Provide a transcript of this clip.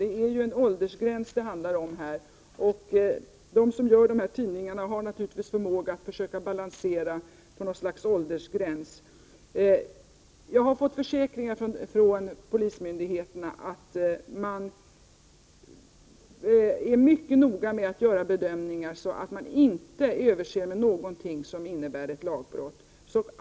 Det handlar ju om en åldersgräns, och de som gör dessa tidningar har naturligtvis förmåga att försöka balansera på något slags åldersgräns. Jag har fått försäkringar från polismyndigheterna om att de är mycket noga med att göra bedömningar så att polisen inte överser med någonting som skulle kunna innebära ett lagbrott.